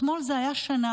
אתמול זה היה שנה,